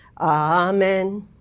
amen